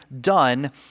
done